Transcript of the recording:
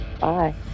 Bye